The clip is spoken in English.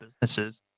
businesses